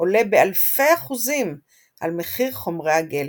עולה באלפי אחוזים על מחיר חומרי הגלם.